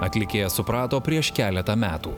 atlikėja suprato prieš keletą metų